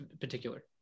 particular